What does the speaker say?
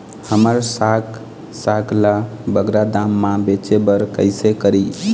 हमर साग साग ला बगरा दाम मा बेचे बर कइसे करी?